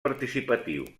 participatiu